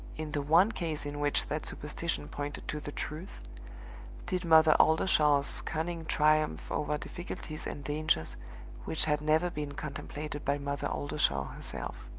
in the one case in which that superstition pointed to the truth did mother oldershaw's cunning triumph over difficulties and dangers which had never been contemplated by mother oldershaw herself.